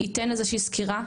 ייתן איזו שהיא סקירה,